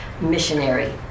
missionary